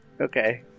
okay